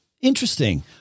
Interesting